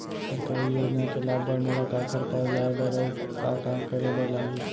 सरकारी योजना के लाभ बर मोला काखर पास जाए बर अऊ का का करे बर लागही?